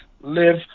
live